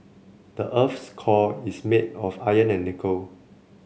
the earth's core is made of iron and nickel